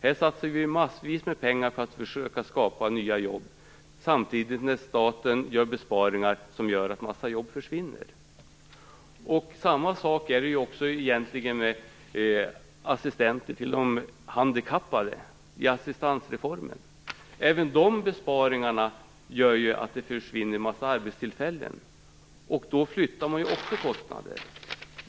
Här satsar vi massvis med pengar för att försöka skapa nya jobb samtidigt som staten gör besparingar som gör att en mängd jobb försvinner. Samma sak är det egentligen med assistenter till de handikappade i assistansreformen. Även de besparingarna gör att det försvinner en massa arbetstillfällen. Då flyttar man också kostnader.